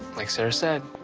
like sarah said,